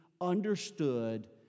understood